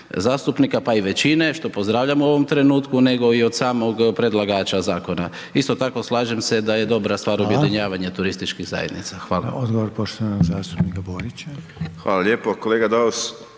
zastupnika, pa i većine, što pozdravljam u ovom trenutku, nego i od samog predlagača zakona. Isto tako slažem se da je dobra stvar objedinjavanja turističkih zajednica. Hvala. **Reiner, Željko (HDZ)** Hvala odgovor poštovanog